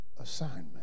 assignment